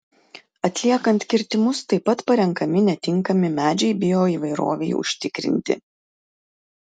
atliekant kirtimus taip pat parenkami netinkami medžiai bioįvairovei užtikrinti